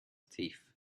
teeth